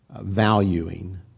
valuing